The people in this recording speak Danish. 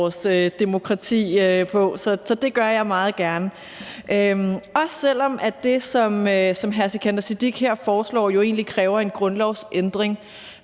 vores demokrati på, så det gør jeg meget gerne, også selv om det, som hr. Sikandar Siddique her foreslår, jo egentlig kræver en grundlovsændring,